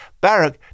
Barak